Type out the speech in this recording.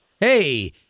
Hey